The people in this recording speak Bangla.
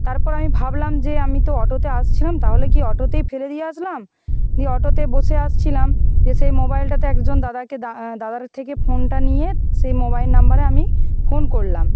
তারপর আমি ভাবলাম যে আমি তো অটোতে আসছিলাম তাহলে কি অটোতেই ফেলে দিয়ে আসলাম দিয়ে অটোতে বসে আসছিলাম যে সেই মোবাইলটাতে একজন দাদাকে দাদার থেকে ফোনটা নিয়ে সেই মোবাইল নাম্বারে আমি ফোন করলাম